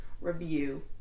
Review